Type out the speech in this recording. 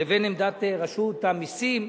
לבין עמדת רשות המסים,